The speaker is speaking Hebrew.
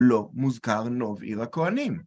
לא מוזכר נוב עיר הכהנים.